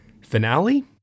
finale